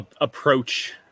approach